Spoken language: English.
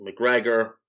McGregor